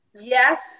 Yes